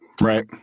Right